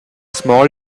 small